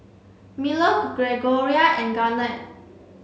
Miller Gregorio and Garnett